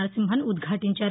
నరసింహన్ ఉద్యాటించారు